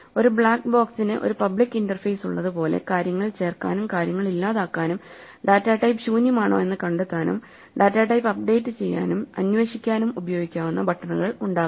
ഒരു ബ്ലാക്ക് ബോക്സിന് ഒരു പബ്ലിക് ഇന്റർഫേസ്ഉള്ളതുപോലെ കാര്യങ്ങൾ ചേർക്കാനും കാര്യങ്ങൾ ഇല്ലാതാക്കാനും ഡാറ്റാ ടൈപ്പ് ശൂന്യമാണോയെന്ന് കണ്ടെത്താനും ഡാറ്റ ടൈപ്പ് അപ്ഡേറ്റുചെയ്യാനും അന്വേഷിക്കാനും ഉപയോഗിക്കാവുന്ന ബട്ടണുകൾ ഉണ്ടാകാം